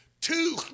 two